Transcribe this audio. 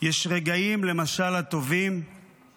יש רגעים, למשל הטובים /